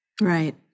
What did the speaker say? Right